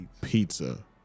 Pizza